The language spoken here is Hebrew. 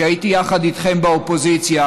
כשהייתי יחד איתכם באופוזיציה,